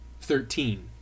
Thirteen